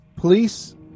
police